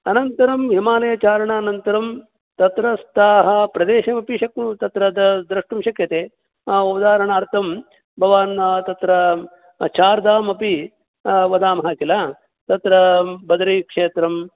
अनन्तरं हिमालयचारणानन्तरं तत्रस्थाः प्रदेशं अपि शक्नु तत्र द द्रष्टुं शक्यते उदाहरणार्थं भवान् तत्र चारदाम् अपि वदामः किल तत्र बदरीक्षेत्रं